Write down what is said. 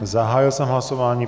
Zahájil jsem hlasování.